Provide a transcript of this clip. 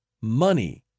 money